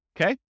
Okay